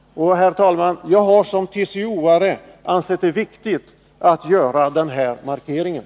Herr talman! Jag har som TCO-are ansett det viktigt att göra den här markeringen.